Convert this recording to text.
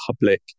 public